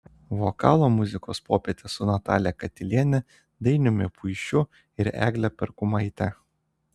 vokalo muzikos popietė su natalija katiliene dainiumi puišiu ir egle perkumaite